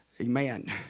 Amen